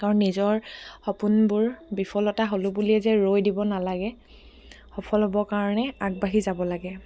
কাৰণ নিজৰ সপোনবোৰ বিফলতা হ'লোঁ বুলিয়ে যে ৰৈ দিব নালাগে সফল হ'ব কাৰণে আগবাঢ়ি যাব লাগে